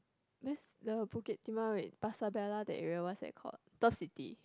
there's the Bukit-Timah wait Pasar-Bella that area what's that called Turf City